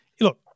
Look